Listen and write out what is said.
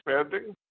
expanding